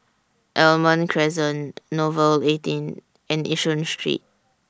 Almond Crescent Nouvel eighteen and Yishun Street